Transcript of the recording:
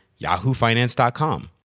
yahoofinance.com